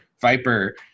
Viper